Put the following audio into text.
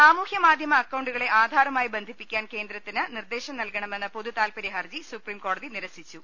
സാമൂഹ്യ മാധ്യമ അക്കൌണ്ടുകളെ ആധാറുമായി ബന്ധിപ്പി ക്കാൻ കേന്ദ്രത്തിന് നിർദേശം നൽകണമെന്ന പൊതുതാൽപര്യ ഹർജി സുപ്രീം കോടതി നിരസിച്ചു